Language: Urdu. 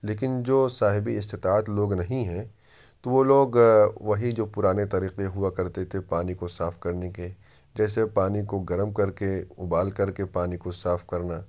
لیکن جو صاحب استطاعت لوگ نہیں ہیں تو وہ لوگ وہی جو پرانے طریقے ہوا کرتے تھے پانی کو صاف کرنے کے جیسے پانی کو گرم کر کے ابال کر کے پانی کو صاف کرنا